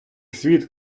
світ